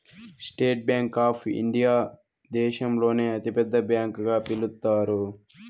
state bank of India దేశంలోనే అతి పెద్ద బ్యాంకు గా పిలుత్తారు